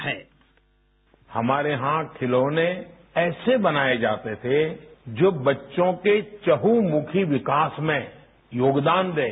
sound bite हमारे यहां खिलौने ऐसे बनाए जाते थे जो बच्चों के चहमुखी विकास में योगदान दें